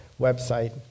website